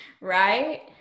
right